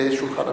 זה שולחן הממשלה.